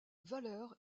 valeur